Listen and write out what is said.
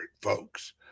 folks